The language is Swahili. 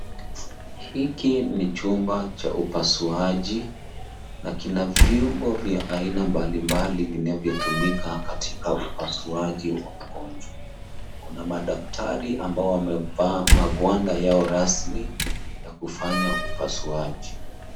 Hiki ni chumba cha upasuaji na kina vyombo vya aina mbalimbali vinavyotumika katika upasuaji wa mgonjwa. Kuna madaktari ambao wamevaa magwanda yao rasmi ya kufanya upasuaji.